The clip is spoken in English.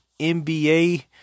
NBA